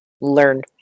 Learn